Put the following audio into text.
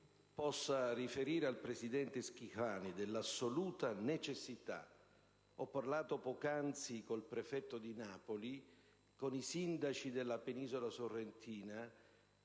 possa riferire al presidente Schifani dell'assoluta necessità - ho parlato poco fa con il prefetto di Napoli e con i sindaci della penisola sorrentina